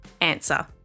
answer